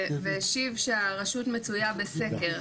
והוא השיב שהרשות מצויה בסקר,